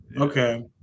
okay